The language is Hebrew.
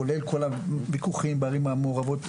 כולל כל הויכוחים בערים המעורבות,